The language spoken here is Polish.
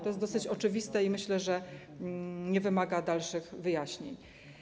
To jest dosyć oczywiste i myślę, że nie wymaga dalszych wyjaśnień.